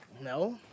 No